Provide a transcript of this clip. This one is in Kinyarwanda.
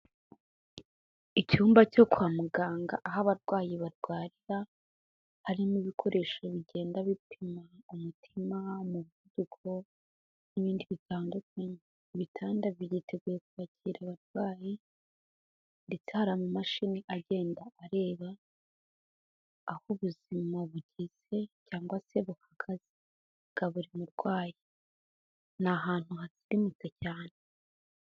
Icyumba cyo kwa muganga aho abarwayi barwarira, harimo ibikoresho bigenda bipima umutima, umuvuduko n'ibindi bitandukanye, ibitanda byiteguye kwakira abarwayi ndetse hari amamashini agenda areba aho ubuzima bugeze cyangwa se buhagaze bwa buri murwayi, ni ahantu hasirimutse cyane.